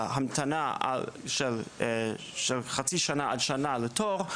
המתנה של חצי שנה עד שנה לתור,